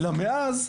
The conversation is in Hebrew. אלא שמאז,